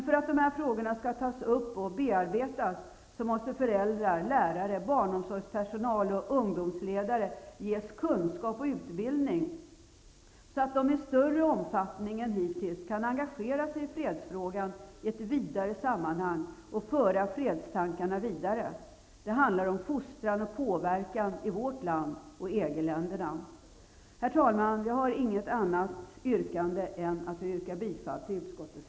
För att dessa frågor skall tas upp och bearbetas måste föräldrar, lärare, barnomsorgspersonal och ungdomsledare ges kunskap och utbildning, så att de i större omfattning än hittills kan engagera sig i fredsfrågan i ett vidare sammanhang och föra fredstankarna vidare. Det handlar om fostran och påverkan i vårt land och i EG-länderna. Herr talman! Jag yrkar bifall till utskottets hemställan.